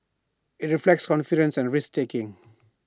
IT reflects confidence and risk taking